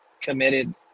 committed